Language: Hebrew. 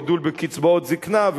גידול בקצבאות הזיקנה,